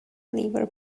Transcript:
liver